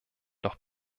noch